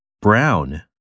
Brown